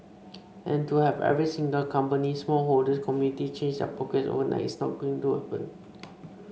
and to have every single company small holders communities change their practices overnight is not going to happen